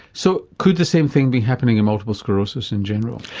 so could the same thing be happening in multiple sclerosis in general?